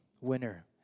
Winner